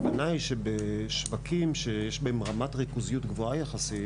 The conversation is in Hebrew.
הכוונה היא שבשווקים שיש בהם רמת ריכוזיות גבוהה יחסית